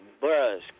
Buzz